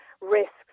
risks